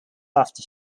after